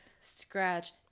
scratch